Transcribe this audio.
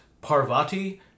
Parvati